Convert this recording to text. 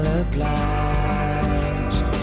obliged